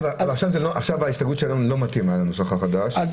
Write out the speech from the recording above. עכשיו ההסתייגות שלנו לא מתאימה לנוסח החדש,